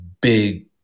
big